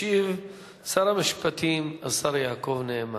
ישיב שר המשפטים, השר יעקב נאמן.